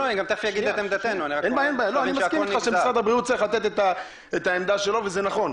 אני מסכים אתך שמשרד הבריאות צריך לתת את העמדה שלו וזה נכון.